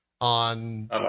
on